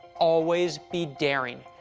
always be daring.